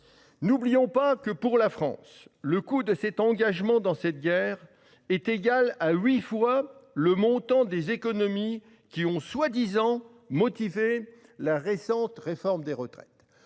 N'oublions pas que le coût pour la France de notre engagement dans cette guerre est égal à huit fois le montant des économies qui ont prétendument motivé la récente réforme des retraites.